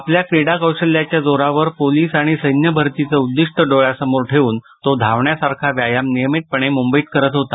आपल्या क्रीडाकौशल्याच्या जोरावर पोलीस आणि सैन्यभरतीचं उद्दिष्ट डोळ्यांसमोर ठेवून तो धावण्यासारखा व्यायाम नियमितपणे मुंबईत करत होता